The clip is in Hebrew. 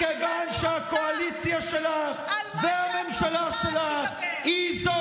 מכיוון שהקואליציה שלך והממשלה שלך היא זו